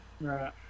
Right